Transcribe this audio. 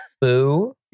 Boo